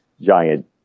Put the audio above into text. giant